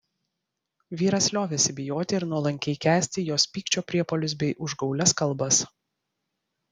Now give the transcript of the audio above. vyras liovėsi bijoti ir nuolankiai kęsti jos pykčio priepuolius bei užgaulias kalbas